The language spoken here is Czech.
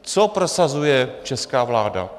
Co prosazuje česká vláda?